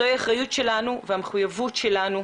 זו האחריות שלנו והמחויבות שלנו.